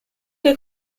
che